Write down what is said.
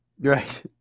Right